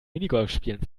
minigolfspielen